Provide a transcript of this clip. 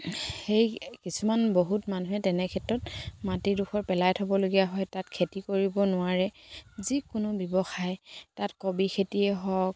সেই কিছুমান বহুত মানুহে তেনে ক্ষেত্ৰত মাটিডোখৰ পেলাই থ'বলগীয়া হয় তাত খেতি কৰিব নোৱাৰে যিকোনো ব্যৱসায় তাত কবি খেতিয়ে হওক